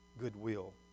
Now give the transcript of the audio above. goodwill